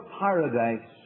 paradise